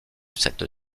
cette